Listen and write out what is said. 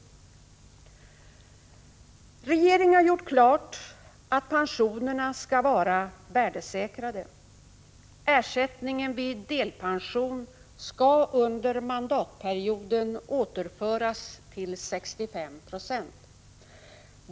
Regeringen har gjort klart att pensionerna skall vara värdesäkrade. Ersättningen vid delpension skall under mandatperioden återföras till 65 90.